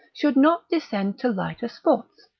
should not descend to lighter sports,